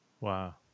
Wow